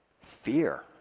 fear